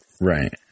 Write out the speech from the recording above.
Right